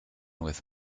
with